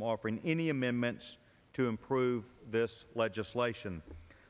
offering any amendments to improve this legislation